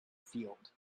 field